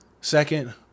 Second